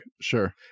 sure